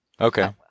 Okay